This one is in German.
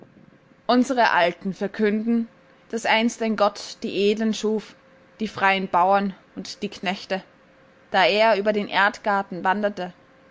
unsere alten verkünden daß einst ein gott die edlen schuf die freien bauern und die knechte da er über den erdgarten wanderte